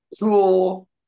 cool